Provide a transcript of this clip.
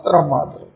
അത്രമാത്രം